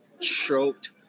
Choked